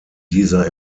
dieser